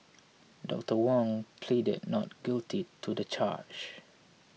Doctor Wong pleaded not guilty to the charge